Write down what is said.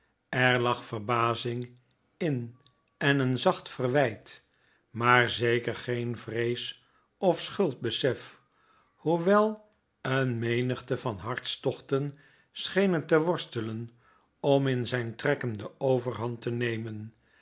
verb'azing in en een zacht verwijt maar zeker geen vrees of schuldbesef hoewel een menigte van hartstochten schenen te worstelen om in zijn trekken de overhand te nemen